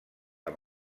amb